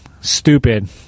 stupid